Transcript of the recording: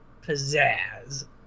pizzazz